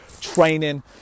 training